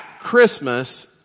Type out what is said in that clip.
Christmas